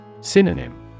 Synonym